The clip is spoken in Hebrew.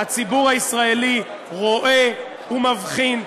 הציבור הישראלי רואה ומבחין.